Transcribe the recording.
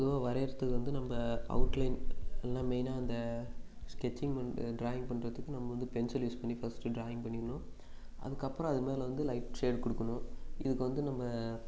பொதுவாக வரையுறத்துக்கு வந்து நம்ம அவுட்லைன் இல்லைனா மெயினாக அந்த ஸ்கெட்சிங் பண்ணுற ட்ராயிங் பண்ணுறதுக்கு நம்ம வந்து பென்சில் யூஸ் பண்ணி ஃபஸ்ட்டு ட்ராயிங் பண்ணிக்கணும் அதுக்கப்புறம் அது மேலே வந்து லைட் சேடு கொடுக்கணும் இதுக்கு வந்து நம்ம